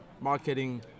marketing